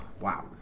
wow